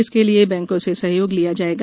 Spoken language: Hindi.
इसके लिए बैंको से सहयोग लिया जायेगा